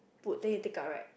put then you take out right